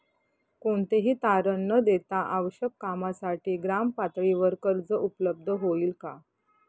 कोणतेही तारण न देता आवश्यक कामासाठी ग्रामपातळीवर कर्ज उपलब्ध होईल का?